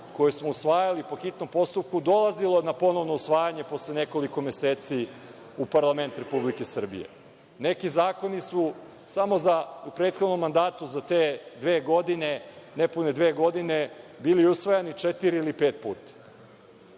koje smo usvajali po hitnom postupku dolazilo na ponovno usvajanje posle nekoliko meseci u parlament Republike Srbije. Neki zakoni su u prethodnom mandatu za te dve, nepune dve godine bili usvajani četiri ili pet puta